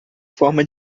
forma